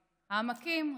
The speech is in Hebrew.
העמקים,